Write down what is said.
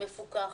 מפוקח,